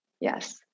yes